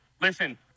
listen